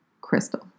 Crystal